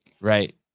Right